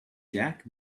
jack